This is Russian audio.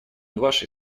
вашей